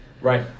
Right